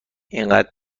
انقدر